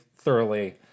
Thoroughly